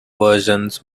versions